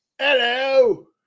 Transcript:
Hello